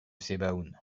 sebaoun